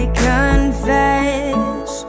confess